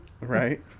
right